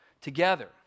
together